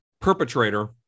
perpetrator